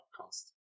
podcast